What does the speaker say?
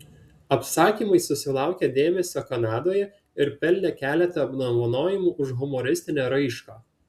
apsakymai susilaukė dėmesio kanadoje ir pelnė keletą apdovanojimų už humoristinę raišką